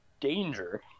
Danger